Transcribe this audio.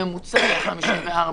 הממוצע הוא 54,